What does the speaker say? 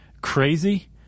crazy